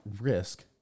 risk